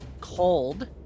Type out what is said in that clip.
cold